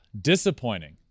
disappointing